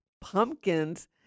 pumpkins